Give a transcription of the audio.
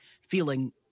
feeling